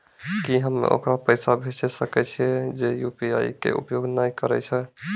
की हम्मय ओकरा पैसा भेजै सकय छियै जे यु.पी.आई के उपयोग नए करे छै?